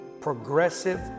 progressive